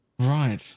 Right